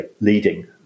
leading